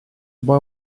boy